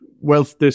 wealth